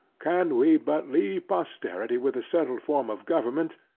can we but leave posterity with a settled form of government,